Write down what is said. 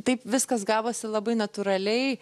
taip viskas gavosi labai natūraliai